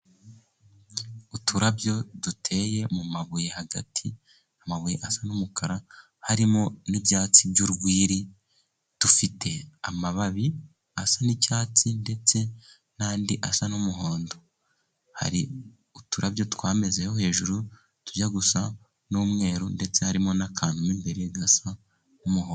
Uturabyo duteye mu mabuye hagati, amabuye asa n'umukara harimo n'ibyatsi by'urwiri, dufite amababi asa n'icyatsi ndetse n'andi asa n'umuhondo, hari uturabyo twamezeho hejuru, tujya gusa n'umweru ndetse harimo n'akantu imbere gasa n'umuhondo.